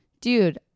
dude